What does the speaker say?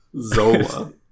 Zola